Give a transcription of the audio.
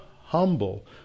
humble